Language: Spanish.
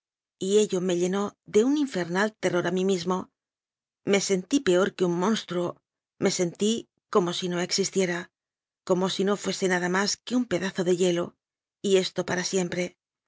oído y ello me llenó de un infernal terror a mí mismo me sentí peor que un monstruo me sentí como si no existiera como si no fuese nada más que un pedazo de hielo y esto para siempre